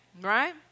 right